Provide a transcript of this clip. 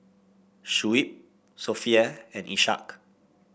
Shuib Sofea and Ishak